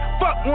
fuck